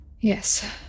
Yes